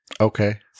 Okay